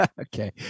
Okay